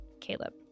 Caleb